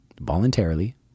voluntarily